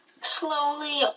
Slowly